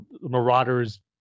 marauders